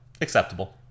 Acceptable